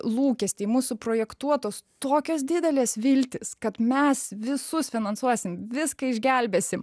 lūkestį mūsų projektuotos tokios dideles viltys kad mes visus finansuosim viską išgelbėsim